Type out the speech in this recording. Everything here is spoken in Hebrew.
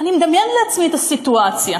אני מדמיינת לעצמי את הסיטואציה: